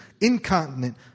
incontinent